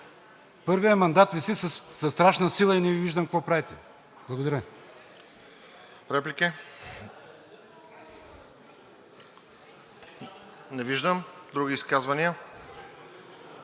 „Първият мандат виси със страшна сила и не Ви виждам какво правите.“ Благодаря.